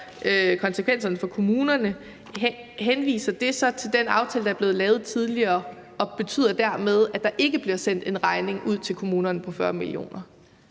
konsekvenserne for kommunerne, henviser det så til den aftale, der er blevet lavet tidligere, og betyder det dermed, at der ikke bliver sendt en regning ud til kommunerne på 40 mio.